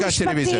מי ביקש רוויזיה?